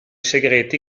segreti